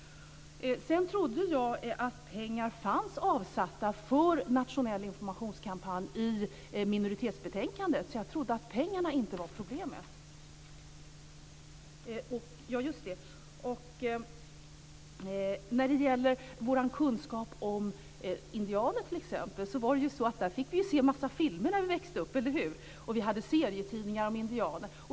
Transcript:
Jag trodde att pengar fanns avsatta i minoritetsbetänkandet för en nationell informationskampanj. Jag trodde inte att pengarna var problemet. När det gäller vår kunskap om t.ex. indianer fick vi ju se en massa filmer när vi växte upp, eller hur? Vi hade också serietidningar om indianer.